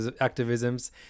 activism's